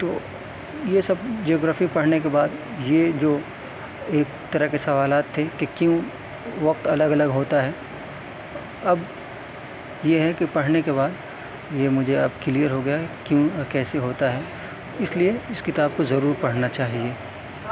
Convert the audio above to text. تو یہ سب جیوگرافی پڑھنے کے بعد یہ جو ایک طرح کے سوالات تھے کہ کیوں وقت الگ الگ ہوتا ہے اب یہ ہے کہ پڑھنے کے بعد یہ مجھے اب کلیئر ہو گیا ہے کیوں اور کیسے ہوتا ہے اس لیے اس کتاب کو ضرور پڑھنا چاہیے